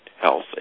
health